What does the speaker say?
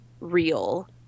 real